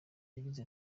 yagize